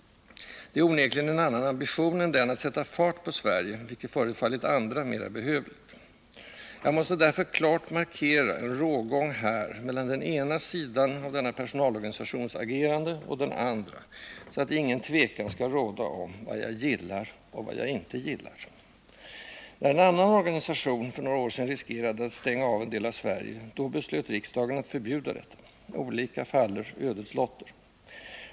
Det är onekligen en annan ambition än den att ”sätta fart på Sverige”, vilket förefallit andra mera behövligt. Jag måste därför här klart markera en rågång mellan den ena sidan av denna personalorganisations agerande och den andra, så att inget tvivel skall råda om vad jag gillar och inte gillar. När en annan organisation för några år sedan riskerade att stänga en del av Sverige, då beslöt riksdagen förbjuda detta. Olika faller ödets lotter.